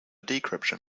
decryption